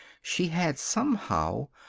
she had, somehow,